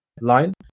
line